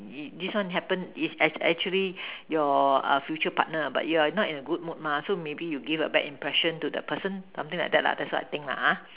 this this one happen is act~ actually your a future partner but you're not in a good mood mah so maybe you give a bad impression to the person something like that lah that's what I think lah ha